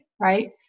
right